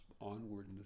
onward